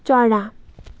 चरा